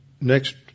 next